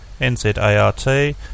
NZART